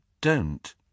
don't